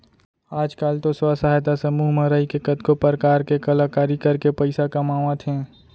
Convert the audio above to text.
आज काल तो स्व सहायता समूह म रइके कतको परकार के कलाकारी करके पइसा कमावत हें